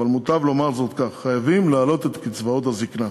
אבל מוטב לומר זאת כך: חייבים להעלות את קצבאות הזיקנה.